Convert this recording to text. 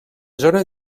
zones